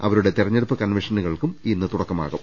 അവരുടെ തെരഞ്ഞെ ടുപ്പ് കൺവെൻഷനുകൾക്കും തുടക്കമാകും